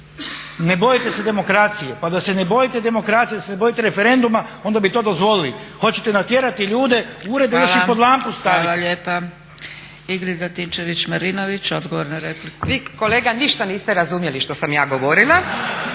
Ne bojite se demokracije. Pa da se ne bojite demokracije, da se ne bojite referenduma onda bi to dozvolili. Hoćete natjerati ljude u urede još i pod lampu staviti. **Zgrebec, Dragica (SDP)** Hvala. Hvala lijepa. Ingrid Antičević-Marinović, odgovor na repliku. **Antičević Marinović, Ingrid (SDP)** Vi kolega ništa niste razumjeli što sam ja govorila.